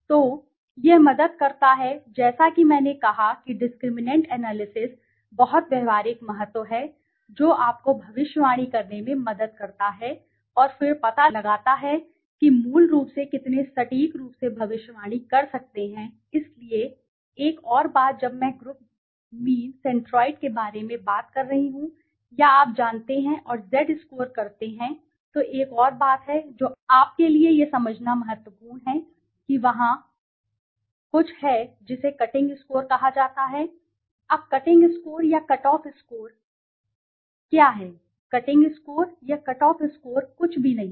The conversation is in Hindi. तो यह मदद करता है जैसा कि मैंने कहा कि डिस्क्रिमिनैंट एनालिसिस बहुत व्यावहारिक महत्व हैं जो आपको भविष्यवाणी करने में मदद करता है और फिर पता लगाता है कि मूल रूप से कितने सटीक रूप से भविष्यवाणी कर सकते हैं इसलिए एक और बात जब मैं ग्रुप मीन सेंट्रोइड के बारे में बात कर रहा हूं या आप जानते हैं और z स्कोर करते हैं तो एक और बात है जो आपके लिए यह समझना महत्वपूर्ण है कि वहाँ कुछ है जिसे कटिंग स्कोर कहा जाता है अब कटिंग स्कोर या कट ऑफ स्कोर यह कटिंग स्कोर या कट ऑफ स्कोर क्या है कटिंग स्कोर या कट ऑफ स्कोर कुछ भी नहीं है